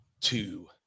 two